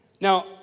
Now